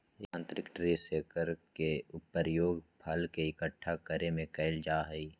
यांत्रिक tree shaker के प्रयोग फल के इक्कठा करे में कइल जाहई